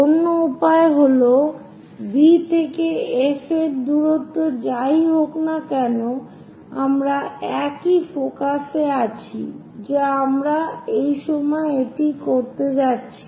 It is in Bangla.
অন্য উপায় হল V থেকে F এর দূরত্ব যাই হোক না কেন আমাদের একই ফোকাস আছে যা আমরা এই সময়ে এটি করতে যাচ্ছি